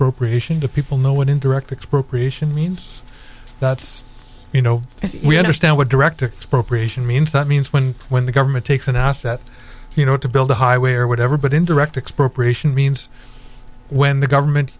expropriation to people no one in direct relation means that's you know we understand what director procreation means that means when when the government takes an asset you know to build a highway or whatever but indirect expropriation means when the government